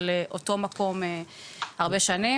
של אותו מקום הרבה שנים.